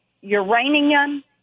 uranium